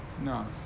No